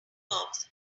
box